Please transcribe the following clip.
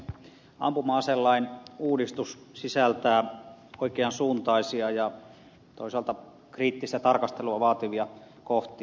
ampuma aselain uudistus sisältää oikean suuntaisia ja toisaalta kriittistä tarkastelua vaativia kohtia